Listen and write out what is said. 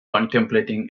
contemplating